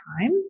time